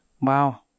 Wow